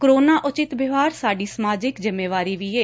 corona ਉਚਿਤ ਵਿਵਹਾਰ ਸਾਡੀ ਸਮਾਜਿਕ ਜਿੰਮੇਵਾਰੀ ਵੀ ਐ